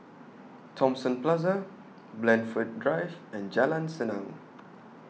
Thomson Plaza Blandford Drive and Jalan Senang